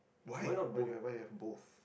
why why do you want to have both